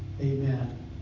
Amen